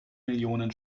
millionen